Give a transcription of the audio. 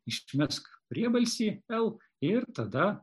išmesk priebalsį el ir tada